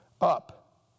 Up